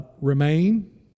remain